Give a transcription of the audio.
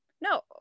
no